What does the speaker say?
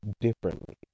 differently